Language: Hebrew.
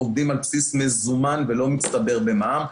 עובדים על בסיס מזומן ולא מצטבר במע"מ.